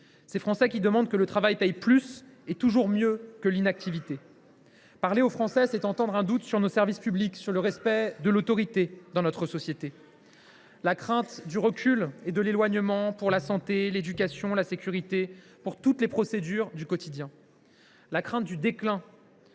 ces Français qui demandent que le travail paie plus et toujours mieux que l’inactivité. Parler aux Français, c’est entendre un doute sur nos services publics, sur le respect de l’autorité dans notre société. J’ai perçu la crainte du recul et de l’éloignement, pour la santé, l’éducation ou la sécurité, pour toutes les procédures du quotidien ; la crainte du déclin,